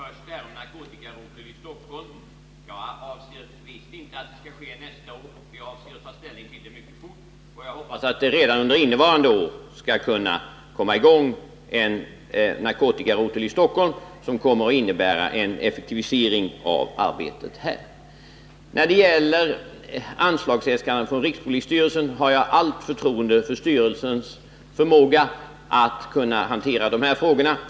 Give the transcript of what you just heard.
Herr talman! Först några ord om en narkotikarotel i Stockholm. Jag avser visst inte att en sådan skall inrättas först nästa år. Jag avser att ta ställning till den saken mycket snabbt. Jag hoppas att en narkotikarotel som kommer att innebära en effektivisering av arbetet skall kunna komma i gång i Stockholm redan under innevarande år. När det gäller anslagsäskandena från rikspolisstyrelsen vill jag säga att jag har fullt förtroende för styrelsens förmåga att hantera de här frågorna.